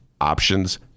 Options